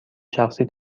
شخصی